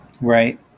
right